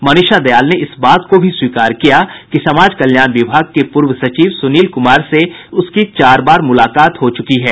मनीषा दयाल ने इस बात को स्वीकार किया है कि समाज कल्याण विभाग के पूर्व सचिव सुनील कुमार से उनकी चार बार मुलाकात हो चुकी है